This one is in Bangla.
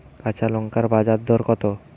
কাঁচা লঙ্কার বাজার দর কত?